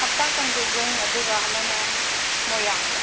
ꯍꯞꯇꯥ ꯀꯥꯡꯖꯩꯕꯨꯡ ꯑꯗꯨꯒ ꯑꯃꯅ ꯃꯣꯏꯔꯥꯡꯗ